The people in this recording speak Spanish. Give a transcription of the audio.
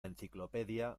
enciclopedia